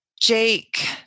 Jake